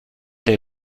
der